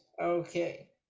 Okay